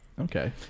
Okay